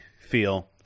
feel